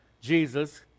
Jesus